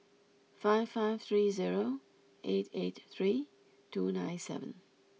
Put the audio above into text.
five five three zero eight eight three two nine seven